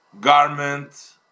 garment